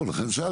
זהו, לכן שאלתי.